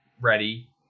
ready